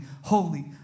holy